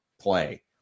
play